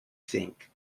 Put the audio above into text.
think